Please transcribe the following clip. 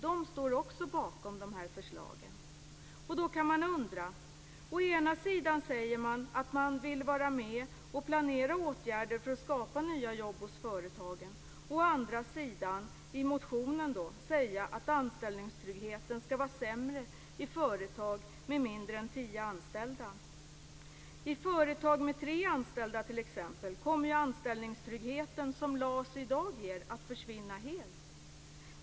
De står också bakom dessa förslag. Å ena sidan säger man att man vill vara med och planera åtgärder för att skapa nya jobb hos företagen. Å andra sidan säger man i motionen att anställningstryggheten skall vara sämre i företag med mindre än tio anställda. I företag med t.ex. tre anställda kommer den anställningstrygghet som LAS i dag ger att helt försvinna.